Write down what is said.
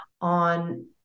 on